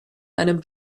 einem